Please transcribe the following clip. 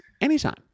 Anytime